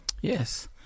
Yes